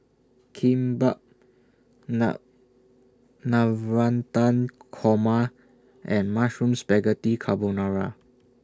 Kimbap Na Navratan Korma and Mushroom Spaghetti Carbonara